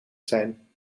zijn